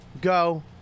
Go